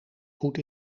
goed